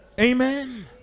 Amen